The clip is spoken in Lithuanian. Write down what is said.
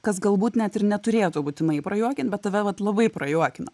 kas galbūt net ir neturėtų būtinai prajuokint bet tave vat labai prajuokina